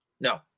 No